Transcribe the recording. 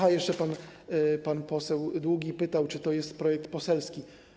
Aha, jeszcze pan poseł Długi pytał, czy to jest projekt poselski.